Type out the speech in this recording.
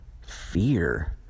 fear